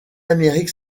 amérique